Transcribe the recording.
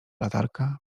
latarka